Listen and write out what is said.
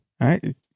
Right